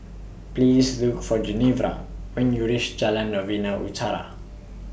Please Look For Genevra when YOU REACH Jalan Novena Utara